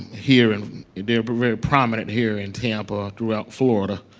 here, and they're but very prominent here in tampa, throughout florida.